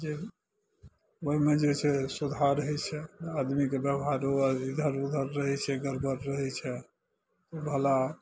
जे ओइमे जे छै सुधार होइ छै आदमीके व्यवहारो इधर उधर रहय छै गड़बड़ रहय छै भला